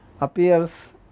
appears